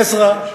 עזרא,